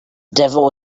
devil